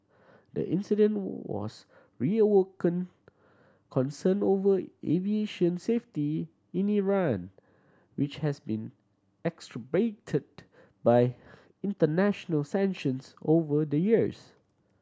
the incident was reawakened concern over aviation safety in Iran which has been exacerbated by international sanctions over the years